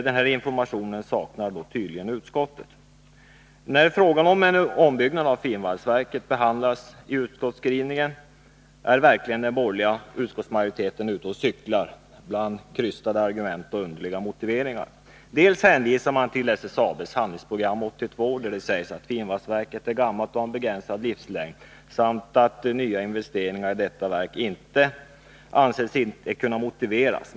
Den informationen saknar tydligen utskottet. När frågan om en ombyggnad av finvalsverket behandlas i utskottsskrivningen är den borgerliga utskottsmajoriteten verkligen ute och cyklar bland krystade argument och underliga motiveringar. Utskottet hänvisar till SSAB:s Handlingsprogram 82, där det sägs att finvalsverket är gammalt och har en begrändad livslängd samt att nya investeringar i detta verk anses inte kunna motiveras.